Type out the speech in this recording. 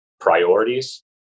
priorities